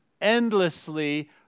endlessly